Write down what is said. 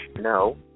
no